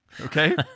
Okay